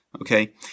Okay